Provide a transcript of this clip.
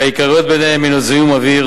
שהעיקריות בהן הן זיהום אוויר,